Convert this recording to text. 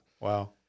Wow